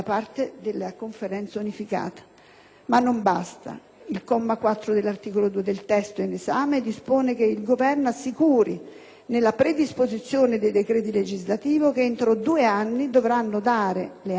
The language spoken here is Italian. ma non basta: il comma 4 dell'articolo 2 del testo in esame dispone che il Governo assicuri, nella predisposizione dei decreti legislativi che entro due anni dovranno dare le ali al progetto federalista,